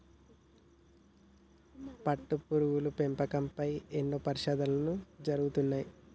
పట్టుపురుగుల పెంపకం పై ఎన్నో పరిశోధనలు జరుగుతున్నాయి